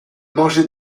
manger